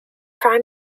prime